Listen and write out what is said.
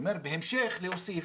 בהמשך אני מבקש להוסיף